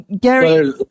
Gary